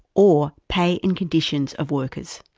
or pay and conditions of workers.